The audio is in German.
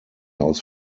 aus